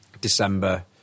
December